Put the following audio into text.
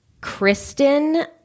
Kristen